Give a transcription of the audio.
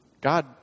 God